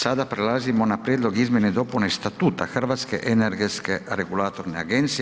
Sada prelazimo na Prijedlog izmjene i dopune Statuta Hrvatske energetske regulatorne agencije.